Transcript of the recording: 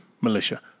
Militia